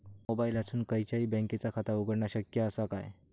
मोबाईलातसून खयच्याई बँकेचा खाता उघडणा शक्य असा काय?